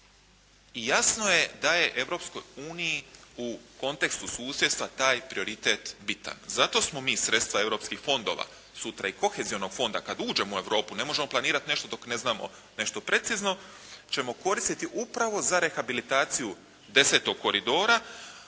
i jasno je da je Europskoj uniji u kontekstu susjedstva taj prioritet bitan. Zato smo mi sredstva europskih fondova sutra i kohezivnog fonda kada uđemo u Europu, ne možemo planirati nešto dok ne znamo nešto precizno, ćemo koristiti upravo za rehabilitaciju desetog koridora.